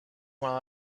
while